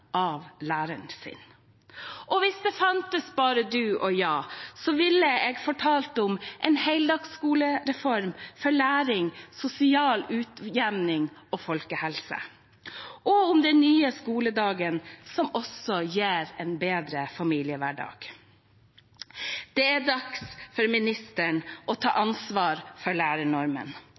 av læreren sin. Og hvis det fantes «bara du och jag», ville jeg fortalt om en heldagsskolereform for læring, sosial utjevning og folkehelse, og om den nye skoledagen, som også gir en bedre familiehverdag. «Det är dags» for ministeren å ta ansvar for lærernormen.